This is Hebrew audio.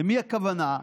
למי הכוונה,